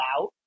out